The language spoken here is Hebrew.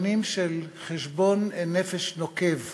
שנים של חשבון נפש נוקב,